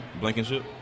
Blankenship